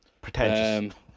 pretentious